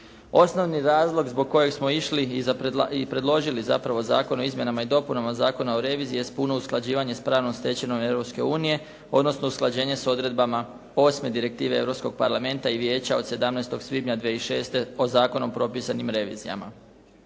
Osnovni razlog zbog kojeg smo išli i predložili zapravo Zakona o izmjenama i dopunama Zakona o reviziji jest puno usklađivanje s pravnom stečevinom Europske unije, odnosno usklađenje s odredbama osme direktive Europskog parlamenta i vijeća od 17. svibnja 2006. o zakonom propisanim revizijama.